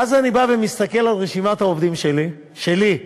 ואז אני בא ומסתכל על רשימת העובדים שלי, שלי,